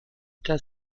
das